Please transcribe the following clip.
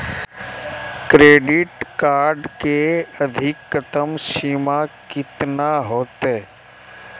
Credit card के अधिकतम सीमा कितना होते?